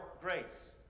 grace